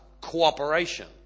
cooperation